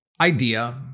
idea